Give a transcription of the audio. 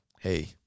hey